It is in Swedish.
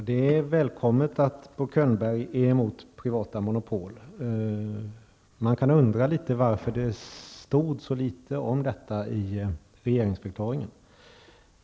Herr talman! Bo Könbergs tal om att han är emot privata monopol är välkommet. Men jag undrar något varför det stod så litet om den saken i regeringsförklaringen.